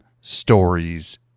stories